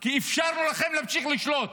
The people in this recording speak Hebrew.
כי אפשרנו לכם להמשיך לשלוט,